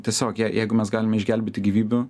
tiesiog jei jeigu mes galime išgelbėti gyvybių